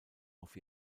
auf